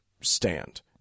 stand